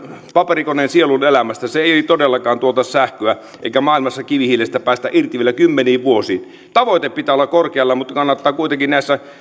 paperikoneen sielunelämästä se ei todellakaan tuota sähköä eikä maailmassa kivihiilestä päästä irti vielä kymmeniin vuosiin tavoitteen pitää olla korkealla mutta kannattaa kuitenkin näissä